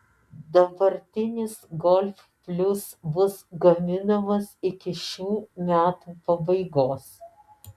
dabartinis golf plius bus gaminamas iki šių metų pabaigos